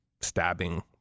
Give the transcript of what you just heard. stabbing